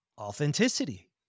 authenticity